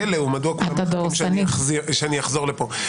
זה פלא ומדוע כולם מחכים שאני אחזור לפה.